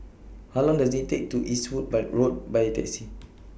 How Long Does IT Take to get to Eastwood By Road By Taxi